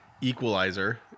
equalizer